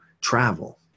travel